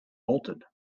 bolted